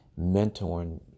Mentoring